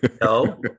No